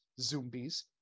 Zombies